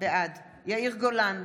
בעד יאיר גולן,